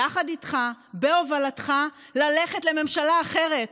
יחד איתך, בהובלתך, ללכת לממשלה אחרת,